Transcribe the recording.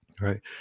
right